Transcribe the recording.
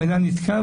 העניין נתקע,